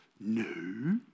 No